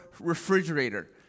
refrigerator